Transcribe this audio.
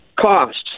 costs